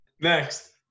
Next